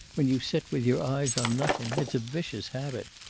when you sit with your eyes on nothing? it's a vicious habit.